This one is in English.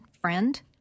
friend